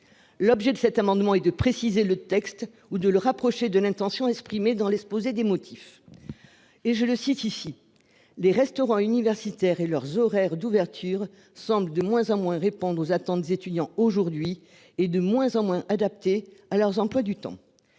L'objet de cet amendement. Et de préciser le texte ou de le rapprocher de l'intention exprimée dans l'exposé des motifs. Et je le cite ici les restaurants universitaires et leurs horaires d'ouverture semble de moins en moins répondent aux attentes étudiants aujourd'hui est de moins en moins adaptées à leurs emplois du temps.